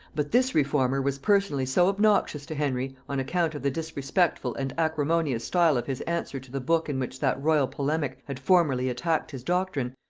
but this reformer was personally so obnoxious to henry, on account of the disrespectful and acrimonious style of his answer to the book in which that royal polemic had formerly attacked his doctrine,